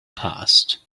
passed